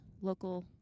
Local